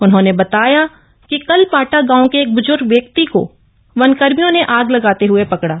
उन्होंने बताया कि कल पाटा गांव के एक बुजुर्ग व्यक्ति को वनकर्मियों ने आग लगाते हए पकड़ा